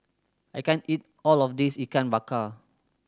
I can't eat all of this Ikan Bakar